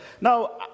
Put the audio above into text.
Now